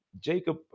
Jacob